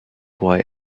why